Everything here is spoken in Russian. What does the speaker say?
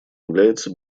является